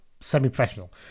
semi-professional